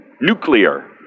Nuclear